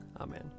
Amen